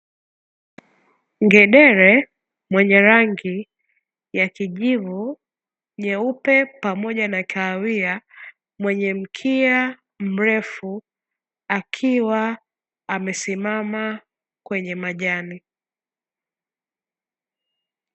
Ngedere mwenye rangi ya kijivu, nyeupe pamoja na kahawia, mwenye mkia mrefu akiwa amesimama kwenye majani.